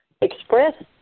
express